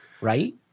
Right